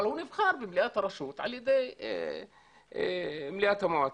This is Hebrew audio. אבל הוא נבחר במליאת הרשות על ידי מליאת המועצה.